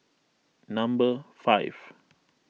number five